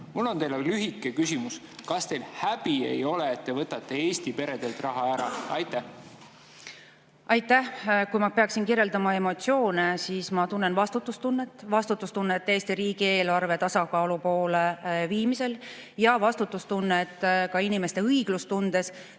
Mul on lühike küsimus. Kas teil häbi ei ole, et te võtate Eesti peredelt raha ära? Aitäh,